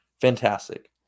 fantastic